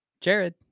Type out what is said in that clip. jared